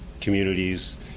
communities